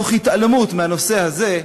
תוך התעלמות מהנושא הזה,